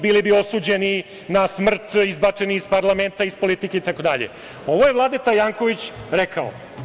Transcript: Bili bi osuđeni na smrt, izbačeni iz parlamenta, iz politike, itd, a ovo je Vladeta Janković rekao.